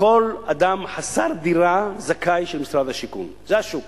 לכל אדם חסר דירה, זכאי, של משרד השיכון זה השוק.